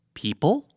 people